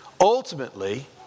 Ultimately